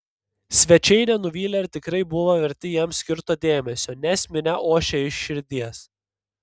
svečiai nenuvylė ir tikrai buvo verti jiems skirto dėmesio nes minia ošė iš širdies